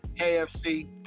KFC